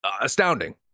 Astounding